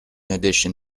addition